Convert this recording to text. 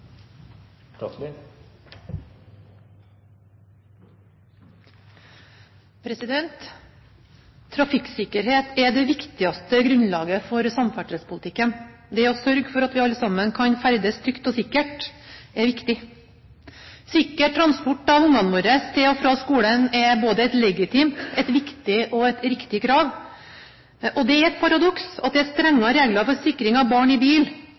da. Trafikksikkerhet er det viktigste grunnlaget for samferdselspolitikken. Det å sørge for at vi alle sammen kan ferdes trygt og sikkert, er viktig. Sikker transport av ungene våre til og fra skolen er både et legitimt, et viktig og et riktig krav, og det er et paradoks at det er strenge regler for sikring av barn i bil,